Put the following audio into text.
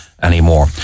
Anymore